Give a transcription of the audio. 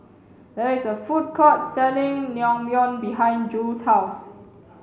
there is a food court selling Naengmyeon behind Jule's house